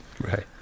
Right